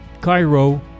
Cairo